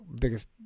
biggest